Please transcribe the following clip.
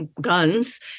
guns